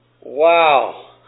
wow